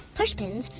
push pins?